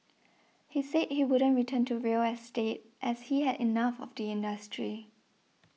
he said he wouldn't return to real estate as he had enough of the industry